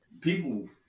People